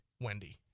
wendy